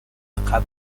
قبرت